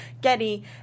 Getty